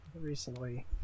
recently